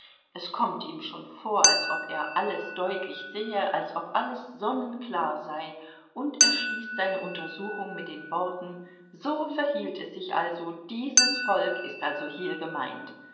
es kommt ihm schon vor als ob er es alles deutlich sehe als ob alles sonnenklar sei und er schließt seine untersuchung mit den worten so verhielt es sich also dieses volk ist also hier gemeint